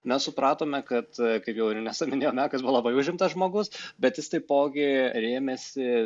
mes supratome kad kaip ir jau inesa minėjo mekas buvo labai užimtas žmogus bet jis taipogi rėmėsi